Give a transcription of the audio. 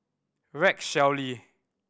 Rex Shelley